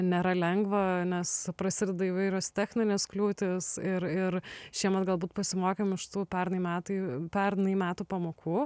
nėra lengva nes prasideda įvairios techninės kliūtys ir ir šiemet galbūt pasimokėm iš tų pernai metai pernai metų pamokų